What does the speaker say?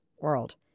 world